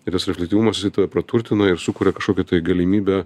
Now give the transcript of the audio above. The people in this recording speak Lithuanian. ir tas reflektyvumas jisai tave praturtina ir sukuria kažkokią tai galimybę